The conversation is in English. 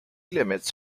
limits